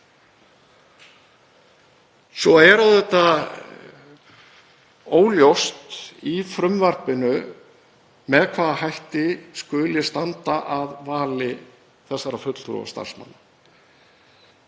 Einnig er óljóst í frumvarpinu með hvaða hætti skuli standa að vali þessara fulltrúa starfsmanna.